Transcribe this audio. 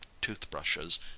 toothbrushes